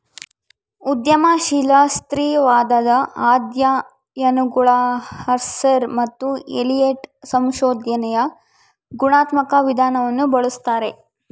ಉದ್ಯಮಶೀಲ ಸ್ತ್ರೀವಾದದ ಅಧ್ಯಯನಗುಳಗಆರ್ಸರ್ ಮತ್ತು ಎಲಿಯಟ್ ಸಂಶೋಧನೆಯ ಗುಣಾತ್ಮಕ ವಿಧಾನವನ್ನು ಬಳಸ್ತಾರೆ